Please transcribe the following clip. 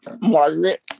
margaret